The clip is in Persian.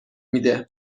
میده